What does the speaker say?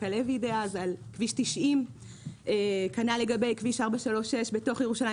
הלוי על כביש 90. כנ"ל לגבי כביש 436 בתוך ירושלים,